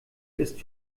ist